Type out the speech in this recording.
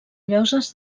lloses